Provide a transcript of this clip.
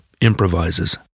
improvises